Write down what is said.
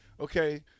okay